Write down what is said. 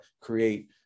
create